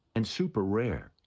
and super rare.